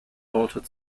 altered